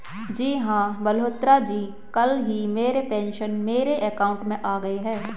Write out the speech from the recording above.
जी हां मल्होत्रा जी कल ही मेरे पेंशन मेरे अकाउंट में आ गए